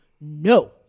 no